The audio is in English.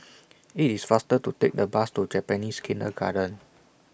IT IS faster to Take The Bus to Japanese Kindergarten